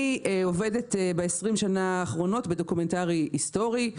אני עובדת ב-20 השנים האחרונות בדוקומנטרי היסטורי.